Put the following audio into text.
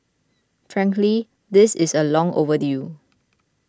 frankly this is a long overdue